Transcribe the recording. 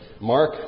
Mark